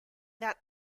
that